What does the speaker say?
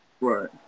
Right